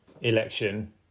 election